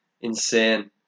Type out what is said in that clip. insane